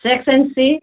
section सि